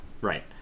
Right